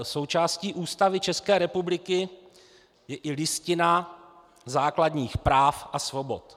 Součástí Ústavy České republiky je i Listina základních práv a svobod.